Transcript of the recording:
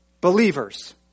believers